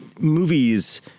movies